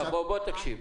בוא תקשיב,